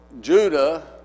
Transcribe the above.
Judah